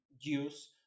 use